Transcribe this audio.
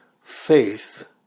faith